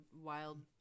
wild